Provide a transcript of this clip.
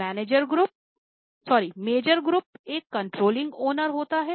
major group एक controlling owner होता है